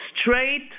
straight